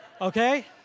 okay